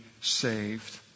saved